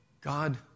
God